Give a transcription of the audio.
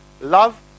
Love